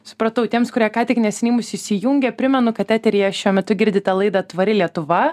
supratau tiems kurie ką tik neseniai mus įsijungė primenu kad eteryje šiuo metu girdite laida tvari lietuva